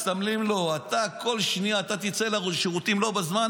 מסמנים לו כל שנייה: אתה תצא לשירותים לא בזמן,